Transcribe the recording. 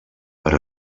per